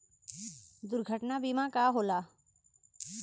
दुर्घटना बीमा का होला?